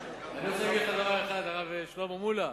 אני רוצה להגיד לך דבר אחד, הרב שלמה מולה: